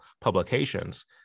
publications